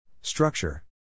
Structure